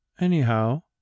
Anyhow